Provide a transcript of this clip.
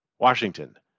Washington